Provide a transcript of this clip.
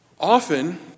Often